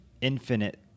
infinite